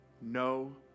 No